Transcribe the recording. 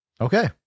Okay